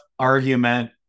argument